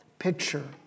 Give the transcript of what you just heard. Picture